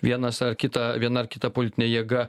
vienas ar kita viena ar kita politinė jėga